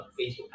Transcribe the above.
Facebook